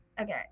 Okay